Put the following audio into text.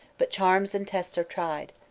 but charms and tests are tried.